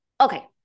okay